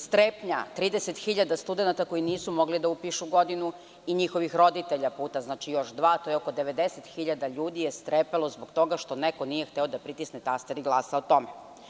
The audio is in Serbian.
Strepnja 30.000 studenata koji nisu mogli da upišu godinu, njihovih roditelja, puta dva, to je oko 90.000 ljudi je strepelo zbog toga što neko nije hteo da pritisne taster i glasa o tome.